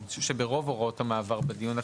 אני חושב שברוב הוראות המעבר בדיון הקודם,